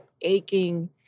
aching